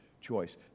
choice